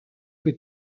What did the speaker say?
que